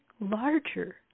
larger